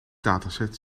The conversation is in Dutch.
dataset